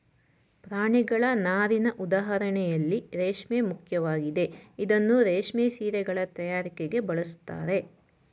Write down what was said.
ಪ್ರಾಣಿಗಳ ನಾರಿನ ಉದಾಹರಣೆಯಲ್ಲಿ ರೇಷ್ಮೆ ಮುಖ್ಯವಾಗಿದೆ ಇದನ್ನೂ ರೇಷ್ಮೆ ಸೀರೆಗಳ ತಯಾರಿಕೆಗೆ ಬಳಸ್ತಾರೆ